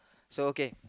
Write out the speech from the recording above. so okay